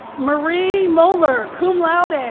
marie mohler, cum laude. and